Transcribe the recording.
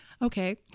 Okay